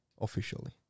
officially